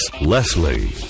Leslie